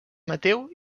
mateu